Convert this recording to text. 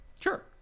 Sure